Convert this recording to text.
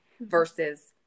versus